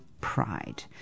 Pride